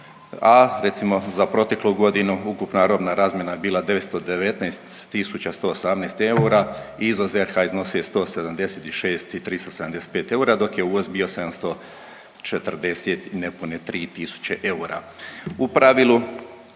a recimo za proteklu godinu ukupna robna razmjena je bila 919 tisuća 118 eura i izvoz RH iznosio je 176 i 375 eura dok je uvoz bio 740 nepune 3 tisuće eura. U pravilu